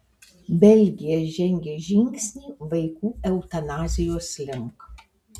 belgija žengė žingsnį vaikų eutanazijos link